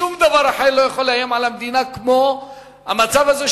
שום דבר אחר לא יכול לאיים על המדינה כמו המצב הזה,